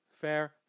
fair